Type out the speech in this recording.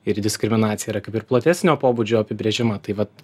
ir diskriminacija yra kaip ir platesnio pobūdžio apibrėžimą tai vat